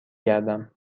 گردم